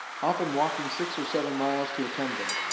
often walking six or seven miles to attend them.